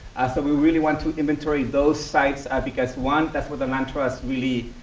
so, we really want to inventory those sites because, one, that's what the land trust really,